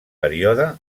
període